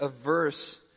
averse